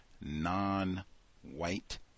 non-white